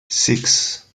six